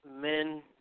men